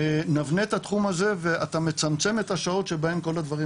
נבנה את התחום הזה ואתה מצמצם את השעות שבהם כל הדברים